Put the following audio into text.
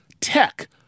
tech